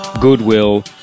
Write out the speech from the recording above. Goodwill